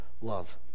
love